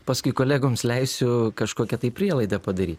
paskui kolegoms leisiu kažkokią tai prielaidą padaryt